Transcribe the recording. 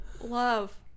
Love